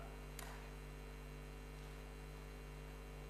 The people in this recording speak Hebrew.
ההצעה להעביר את הצעת חוק שירות ביטחון (הוראת